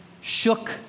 shook